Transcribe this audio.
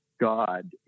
God